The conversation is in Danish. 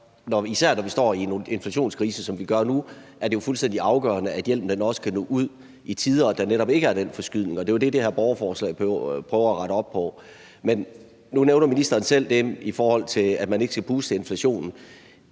især når vi står i en inflationskrise, som vi gør nu, fuldstændig afgørende, at hjælpen også kan nå ud i tide og der netop ikke er den forskydning. Det er det, det her borgerforslag prøver at rette op på. Men nu nævner ministeren selv det med, at man ikke skal puste til inflationen.